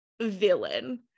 villain